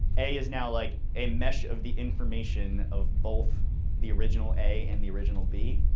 a is now like a mesh of the information of both the original a and the original b.